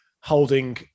holding